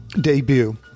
debut